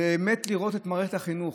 באמת לראות את מערכת החינוך,